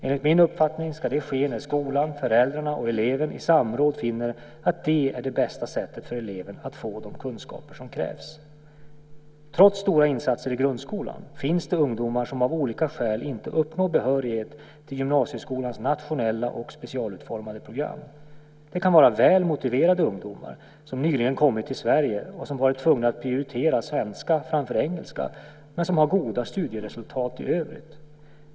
Enligt min uppfattning ska det ske när skolan, föräldrarna och eleven i samråd finner att det är det bästa sättet för eleven att få de kunskaper som krävs. Trots stora insatser i grundskolan finns det ungdomar som av olika skäl inte uppnår behörighet till gymnasieskolans nationella och specialutformade program. Det kan vara väl motiverade ungdomar som nyligen kommit till Sverige och som varit tvungna att prioritera svenska framför engelska, men som har goda studieresultat i övrigt.